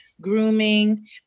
grooming